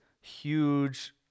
huge